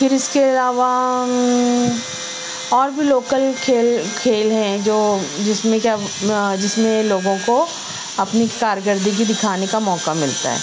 پھر اس کے علاوہ اور بھی لوکل کھیل کھیل ہیں جو جس میں کیا جس میں لوگوں کو اپنی کارکردگی دکھانے کا موقع ملتا ہے